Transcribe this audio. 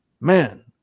man